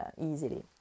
easily